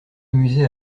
amusé